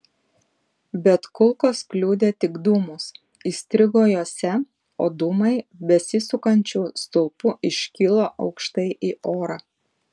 bet kulkos kliudė tik dūmus įstrigo juose o dūmai besisukančiu stulpu iškilo aukštai į orą